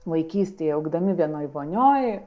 vaikystėje augdami vienoj vonioj